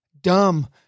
dumb